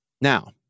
Now